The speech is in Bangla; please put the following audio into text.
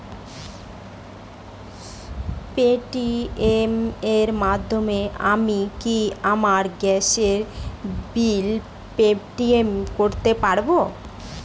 পেটিএম এর মাধ্যমে আমি কি আমার গ্যাসের বিল পেমেন্ট করতে পারব?